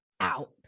out